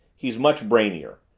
he's much brainier.